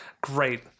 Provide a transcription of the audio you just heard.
great